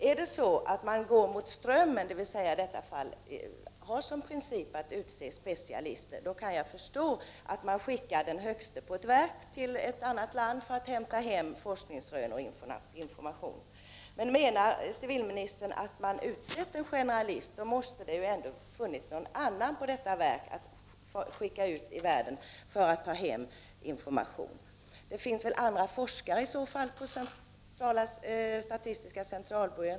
Om regeringen går mot strömmen, dvs. har som princip att utse specialister, kan jag förstå att man skickar den högste på ett verk till ett annat land för att hämta hem forskningsrön och information, men om civilministern menar att man har utsett en generalist måste det ha funnits någon annan på detta verk att skicka ut i världen för att ta hem information. Det finns väl andra forskare på statistiska centralbyrån.